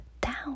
down